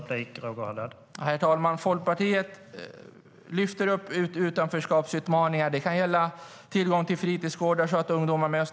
Herr talman! Folkpartiet lyfter upp utanförskapsutmaningar. Det kan gälla tillgång till fritidsgårdar, så att ungdomar möts.